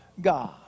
God